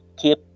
keep